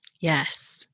yes